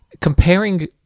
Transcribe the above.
Comparing